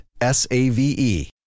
S-A-V-E